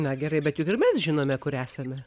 na gerai bet juk ir mes žinome kur esame